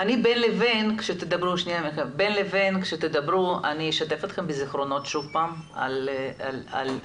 בין לבין כשתדברו אני אשתף אתכם בזכרונות שוב פעם על אבי.